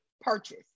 purchase